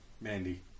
Mandy